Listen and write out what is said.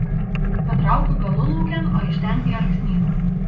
patraukiu galulaukėn o iš ten į alksnyną